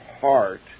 heart